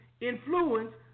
influence